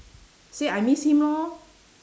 say I miss him lor